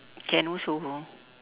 can also go